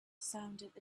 sounded